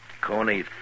Coney